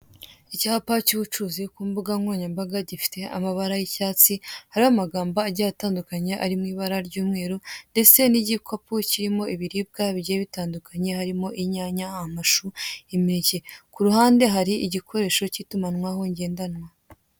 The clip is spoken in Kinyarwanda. Icyapa cy'ubucuruzi ku mbuga nkoranyambaga gifite amabara y'icyatsi hariho amagambo agiye atandukanye ari mw' ibara ry'umweru ndetse n igakapu kirimo ibiribwa bigiye bitandukanye harimo inyanya amashu kuruhande hari igikoresho cy' itumanaho ngendanwa